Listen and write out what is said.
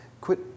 quit